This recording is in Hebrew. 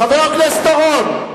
חבר הכנסת אורון.